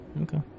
okay